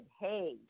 hey